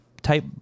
Type